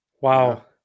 wow